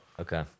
Okay